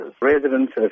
Residents